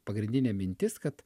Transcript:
pagrindinė mintis kad